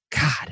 god